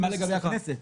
מה לגבי הכנסת?